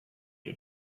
you